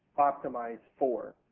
optimize for.